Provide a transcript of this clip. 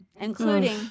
including